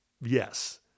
Yes